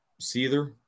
Seether